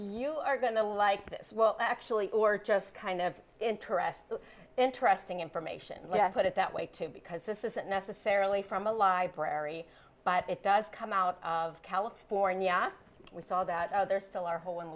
you are going to like this well actually or just kind of interesting interesting information put it that way too because this isn't necessarily from a library but it does come out of california with all that out there still are whol